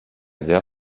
sehr